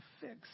fix